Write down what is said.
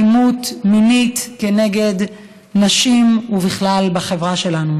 אלימות מינית נגד נשים ובכלל בחברה שלנו.